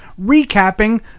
recapping